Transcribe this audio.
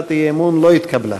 הצעת האי-אמון לא התקבלה.